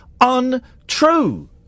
untrue